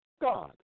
God